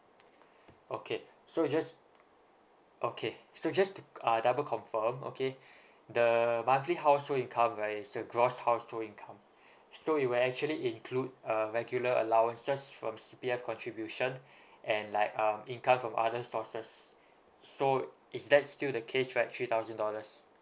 okay so just okay so just to uh double confirm okay the monthly household income right is the gross household income so it will actually include a regular allowances from C_P_F contribution and like um income from other sources so is that still the case right three thousand dollars